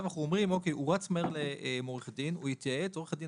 אנחנו אומרים שהוא רץ מהר לעורך דין להתייעץ ועורך הדין